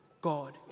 God